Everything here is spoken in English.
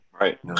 Right